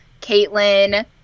Caitlin